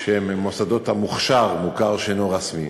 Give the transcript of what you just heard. שהם מוסדות המוכש"ר, מוכר שאינו רשמי.